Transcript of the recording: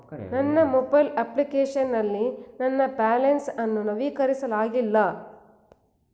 ನನ್ನ mobile application ನಲ್ಲಿ ನನ್ನ ಬ್ಯಾಲೆನ್ಸ್ ಅನ್ನು ನವೀಕರಿಸಲಾಗಿಲ್ಲ